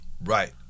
Right